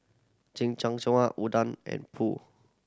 Unadon and Pho